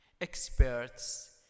experts